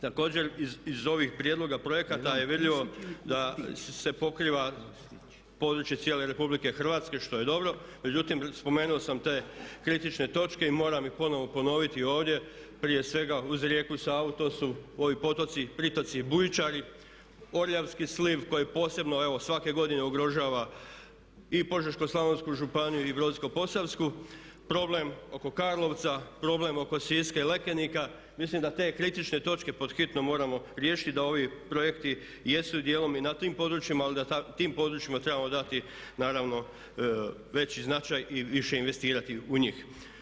Također iz ovih prijedloga projekata je vidljivo da se pokriva područje cijele RH što je dobro, međutim spomenuo sam te kritične točke i moram ih ponovno ponoviti ovdje prije svega uz rijeku Savu to su ovi potoci, pritoci, bujičari, Orljavski sliv koji posebno evo svake godine ugrožava i Požeško-slavonsku županiju i Brodsko-posavsku, problem oko Karlovca, problem oko Siska i Lekenika, mislim da te kritične točke pod hitno moramo riješiti i da ovi projekt i jesu i djelom i na tim područjima ali da tim područjima trebamo dati naravno veći značaj i više investirati u njih.